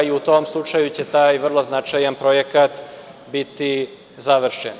U tom slučaju će taj vrlo značajan projekat biti završen.